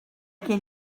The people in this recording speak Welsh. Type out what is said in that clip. gen